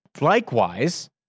Likewise